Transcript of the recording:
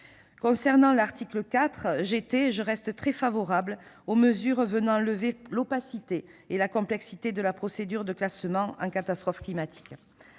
Concernant l'article 4, j'étais et je reste très favorable aux mesures venant lever l'opacité et la complexité de la procédure de classement en catastrophe climatique.